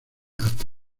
hasta